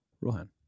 Rohan